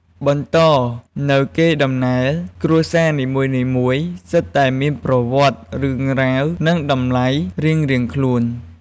បន្តនូវកេរដំណែលគ្រួសារនីមួយៗសុទ្ធតែមានប្រវត្តិ រឿងរ៉ាវ និងតម្លៃរៀងៗខ្លួន។